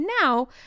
now